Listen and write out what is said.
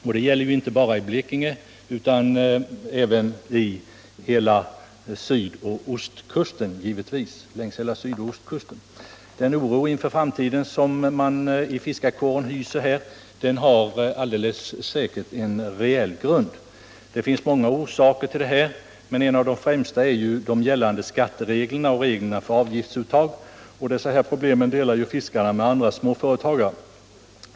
Detta gäller inte bara Blekinge utan även landskapen längs hela sydoch ostkusten. Den oro inför framtiden som man hyser inom fiskarkåren har alldeles säkert en reell grund. Det finns många orsaker till detta, men en av de främsta är gällande skatteregler och regler för avgiftsuttag. Dessa problem delar ju fiskarna med andra småföretagare.